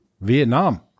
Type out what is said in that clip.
Vietnam